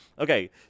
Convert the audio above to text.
Okay